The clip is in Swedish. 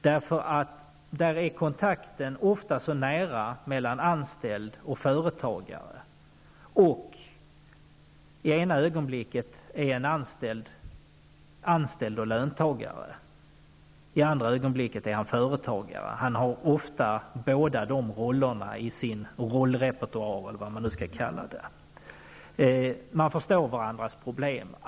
Där är det ofta en mycket nära kontakt mellan anställd och företagare. Den anställde kan vara både anställd och löntagare. I nästa ögonblick kan den anställde vara företagare. Ofta förenas de båda rollerna hos en och samma person. Det finns således en ömsesidig förståelse för den andras problem.